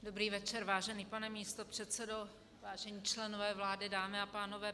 Dobrý večer, vážený pane místopředsedo, vážení členové vlády, dámy a pánové.